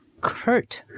kurt